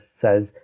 says